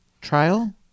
trial